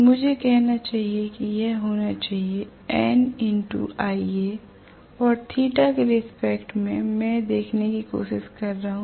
मुझे कहना चाहिए कि यह होना चाहिए और θ के रिस्पेक्ट में मैं देखने की कोशिश कर रहा हूं